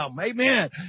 amen